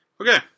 Okay